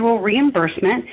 reimbursement